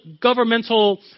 governmental